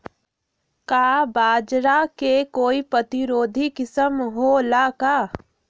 का बाजरा के कोई प्रतिरोधी किस्म हो ला का?